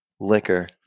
liquor